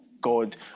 God